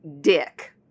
Dick